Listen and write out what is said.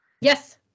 Yes